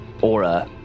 aura